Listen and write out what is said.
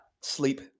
Sleep